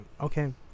Okay